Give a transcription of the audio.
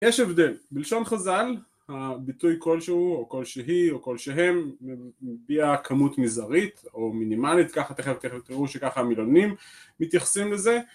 יש הבדל בלשון חזל הביטוי כלשהו או כלשהי או כלשהם מביאה כמות מזערית או מינימלית ככה תכף תראו שככה המילונים מתייחסים לזה